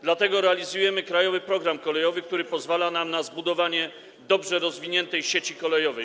Dlatego realizujemy „Krajowy program kolejowy”, który pozwala nam na zbudowanie dobrze rozwiniętej sieci kolejowej.